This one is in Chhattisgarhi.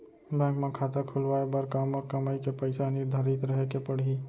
बैंक म खाता खुलवाये बर का मोर कमाई के पइसा ह निर्धारित रहे के पड़ही?